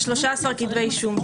יש 13 כתבי אישום,